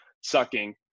sucking